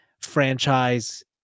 franchise